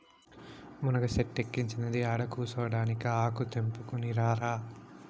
మునగ సెట్టిక్కించినది ఆడకూసోడానికా ఆకు తెంపుకుని రారా